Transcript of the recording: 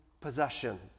possession